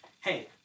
hey